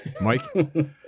Mike